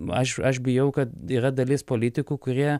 aš aš bijau kad yra dalis politikų kurie